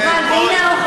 חבל, והינה ההוכחה.